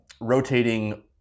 rotating